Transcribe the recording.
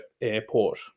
Airport